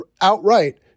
outright